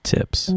Tips